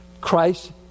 Christ